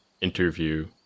interview